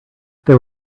there